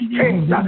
Change